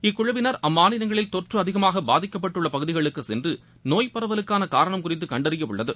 இக்குழுவினர் அம்மாநிலங்களில் தொற்று அதிகமாக பாதிக்கப்பட்டுள்ள பகுதிகளுக்கு சென்று நோய் பரவலுக்கான காரணம் குறித்து கண்டறிய உள்ளது